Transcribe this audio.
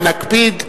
ונקפיד.